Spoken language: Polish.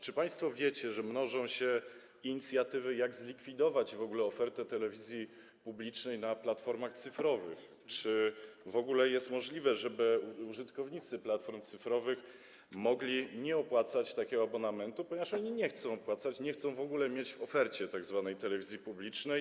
Czy państwo wiecie, że mnożą się inicjatywy, pomysły na to, jak zlikwidować w ogóle ofertę telewizji publicznej na platformach cyfrowych, pytania o to, czy w ogóle jest możliwe, żeby użytkownicy platform cyfrowych mogli nie opłacać takiego abonamentu, ponieważ oni nie chcą go opłacać, nie chcą w ogóle mieć w ofercie tzw. telewizji publicznej?